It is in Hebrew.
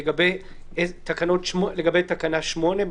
לגבי תקנה 8,